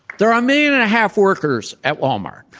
there are a million-and-a-half workers at walmart.